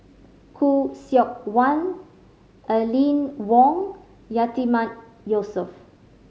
Khoo Seok Wan Aline Wong Yatiman Yusof